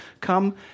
Come